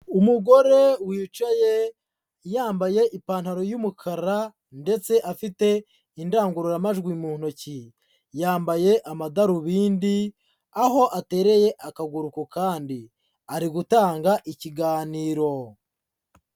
Umugore wicaye yambaye ipantaro y'umukara ndetse afite indangururamajwi mu ntoki, yambaye amadarubindi, aho atereye akaguru ku kandi ari gutanga ikiganiro.